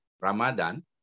Ramadan